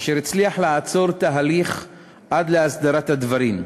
אשר הצליח לעצור את ההליך עד להסדרת הדברים,